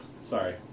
Sorry